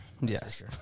Yes